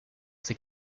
ses